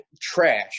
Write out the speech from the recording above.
trash